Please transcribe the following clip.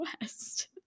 West